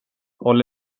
håll